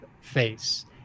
face